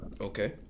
Okay